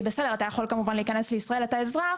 בהחלט.